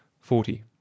Forty